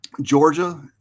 Georgia